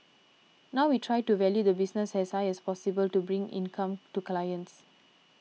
now we try to value the business as high as possible to bring income to clients